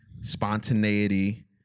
spontaneity